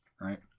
Right